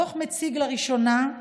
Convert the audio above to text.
הדוח מציג לראשונה,